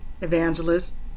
evangelists